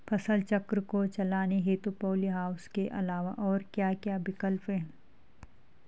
फसल चक्र को चलाने हेतु पॉली हाउस के अलावा और क्या क्या विकल्प हैं?